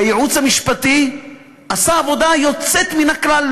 והייעוץ המשפטי עשה עבודה יוצאת מן הכלל.